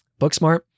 Booksmart